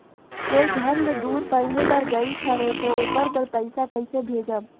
कोई घर ले दूर पढ़े बर गाईस हवे तो ओकर बर पइसा कइसे भेजब?